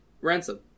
Ransom